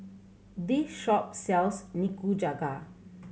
this shop sells Nikujaga